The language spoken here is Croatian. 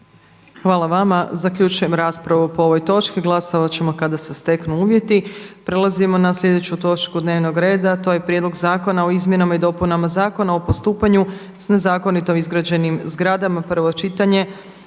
Hvala vam lijepo. Zaključujem raspravu o ovoj točki dnevnog reda. Glasovati ćemo kada se steknu uvjeti. **Petrov, Božo (MOST)** Sljedeći je Prijedlog zakona o izmjenama i dopunama Zakona o postupanju s nezakonito izgrađenim zgradama,